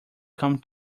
come